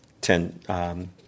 ten